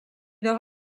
leurs